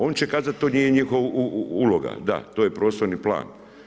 Oni će kazati to nije njihova uloga, da to je prostorni plan.